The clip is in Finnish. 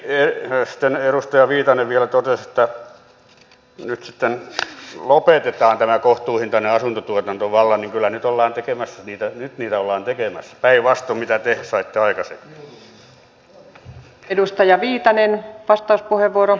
kun sitten edustaja viitanen vielä totesi että nyt sitten lopetetaan tämä kohtuuhintainen asuntotuotanto vallan niin kyllä nyt ollaan tekemässä sitä päinvastoin kuin mitä te saitte aikaiseksi